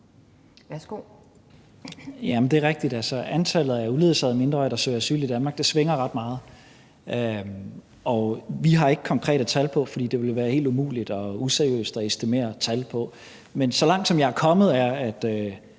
at antallet af uledsagede mindreårige, der søger asyl i Danmark, svinger ret meget, og vi har ikke konkrete tal på det, for det ville være helt umuligt og useriøst at estimere et tal på det, men så langt, som jeg er kommet,